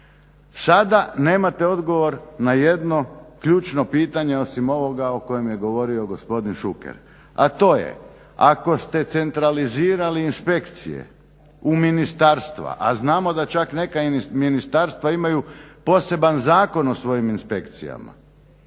Sada nemate odgovor na jedno ključno pitanje, osim ovoga o kojem je govorio gospodin Šuker, a to je ako ste centralizirali inspekcije u ministarstva, a znamo da čak nema ministarstva imaju poseban zakon o svojim inspekcijama.